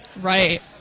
right